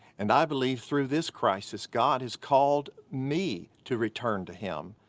and i believe through this crisis god has called me to return to him.